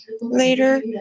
Later